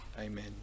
Amen